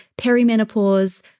perimenopause